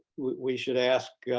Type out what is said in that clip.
we should ask